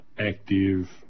active